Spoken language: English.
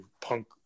punk